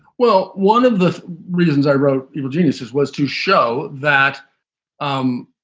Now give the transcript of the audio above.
well, one of the reasons i wrote genius's was to show that um